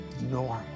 normal